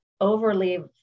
overly